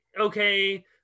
okay